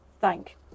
thank